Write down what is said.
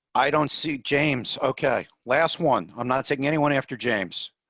i don't see james okay, last one. i'm not taking any one after james